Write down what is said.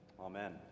Amen